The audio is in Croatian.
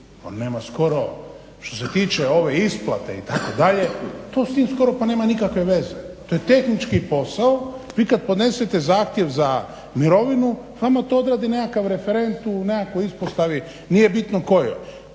On nema skoro što se tiče ove isplate itd. to s tim skoro pa nema nikakve veze. To je tehnički posao. Vi kad podnesete zahtjev za mirovinu vama to odradi nekakav referent u nekakvoj ispostavi, nije bitno kojoj.